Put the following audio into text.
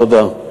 תודה.